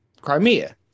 Crimea